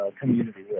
community